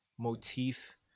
motif